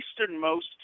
easternmost